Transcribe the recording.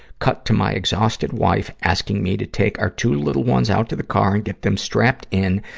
cut to my exhausted wife, asking me to take our two little ones out to the car and get them strapped in,